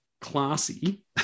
classy